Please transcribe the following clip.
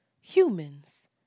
humans